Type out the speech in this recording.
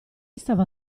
stava